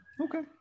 okay